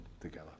together